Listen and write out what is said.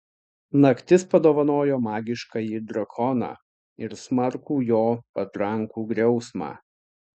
naktis padovanojo magiškąjį drakoną ir smarkų jo patrankų griausmą